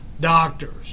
doctors